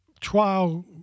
trial